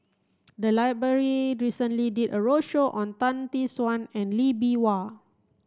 the library recently did a roadshow on Tan Tee Suan and Lee Bee Wah